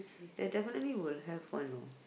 there definitely will have one you know